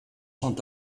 sont